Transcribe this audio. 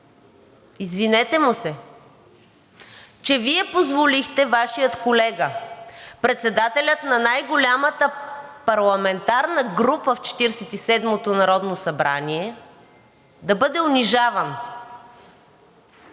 Извинете му се, че Вие позволихте Вашият колега, председателят на най-голямата парламентарна група в Четиридесет и седмото народно събрание, да бъде унижаван,